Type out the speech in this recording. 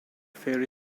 fairy